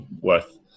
worth